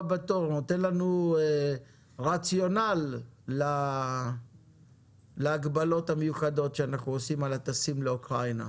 לנו רציונל להגבלות המיוחדות שאנחנו מגבילים את הטסים לאוקראינה.